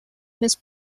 unes